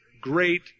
great